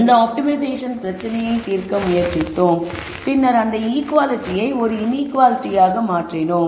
அந்த ஆப்டிமைசேஷன் பிரச்சனையை தீர்க்க முயற்சித்தோம் பின்னர் அந்த ஈகுவாலிட்டியை ஒரு இன்ஈக்குவாலிட்டியாக மாற்றினோம்